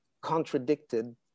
contradicted